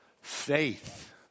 faith